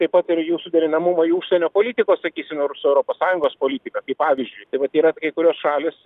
taip pat ir jų suderinamumo į užsienio politikos sakysim ir su europos sąjungos politika pavyzdžiui tai vat yra kai kurios šalys